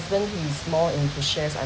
he is more into shares I'm